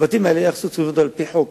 הבתים האלה ייהרסו על-פי חוק.